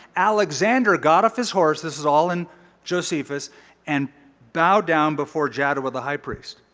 alexander got off his horse this is all in josephus and bowed down before jaddua the high priest